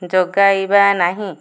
ଯୋଗାଇବା ନାହିଁ